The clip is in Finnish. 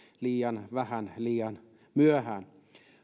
liian vähän liian myöhään